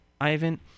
Ivan